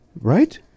Right